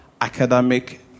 Academic